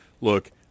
look